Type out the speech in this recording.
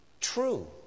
true